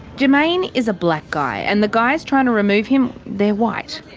jermaine is a black guy. and the guys trying to remove him? they're white.